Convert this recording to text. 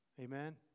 Amen